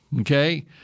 Okay